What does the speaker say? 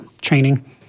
training